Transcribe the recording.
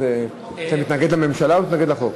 אז אתה מתנגד לממשלה או מתנגד לחוק?